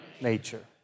nature